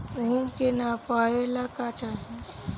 भूमि के नापेला का चाही?